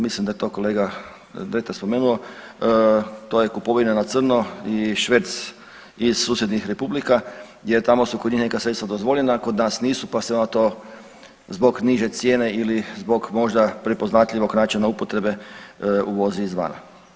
Mislim da je to kolega Dretar spomenuo, to je kupovina na crno i šverc iz susjednih republika jer tamo su kod njih neka sredstva dozvoljena, kod nas nisu, pa se onda to zbog niže cijene ili zbog možda prepoznatljivog načina upotrebe uvozi izvana.